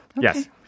yes